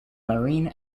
marine